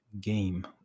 game